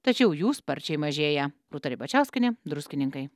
tačiau jų sparčiai mažėja rūta ribačiauskienė druskininkai